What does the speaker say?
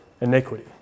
iniquity